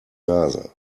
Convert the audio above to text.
nase